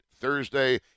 Thursday